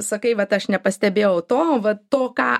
sakai vat aš nepastebėjau to va to ką